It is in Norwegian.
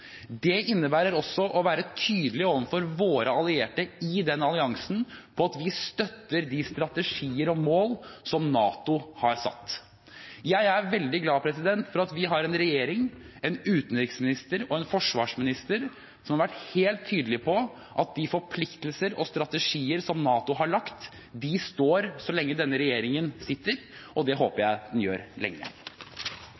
Det innebærer også å være tydelige overfor våre allierte i den alliansen på at vi støtter de strategier og mål som NATO har satt. Jeg er veldig glad for at vi har en regjering, en utenriksminister og en forsvarsminister som har vært helt tydelige på at de forpliktelser og strategier som NATO har lagt, står så lenge denne regjeringen sitter – og det håper